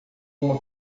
uma